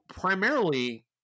primarily